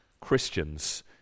Christians